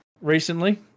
recently